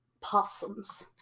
possums